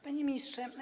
Panie Ministrze!